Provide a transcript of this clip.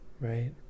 Right